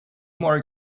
more